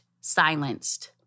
silenced